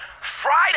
Friday